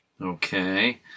Okay